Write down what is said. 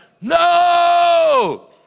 no